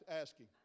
asking